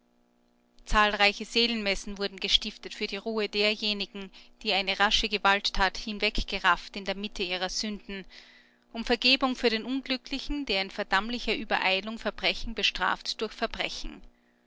zahlreiche seelmessen wurden gestiftet für die ruhe derjenigen die eine rasche gewalttat hinweggerafft in der mitte ihrer sünden um vergebung für den unglücklichen der in verdammlicher übereilung verbrechen bestraft durch verbrechen